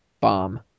bomb